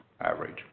average